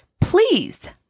Please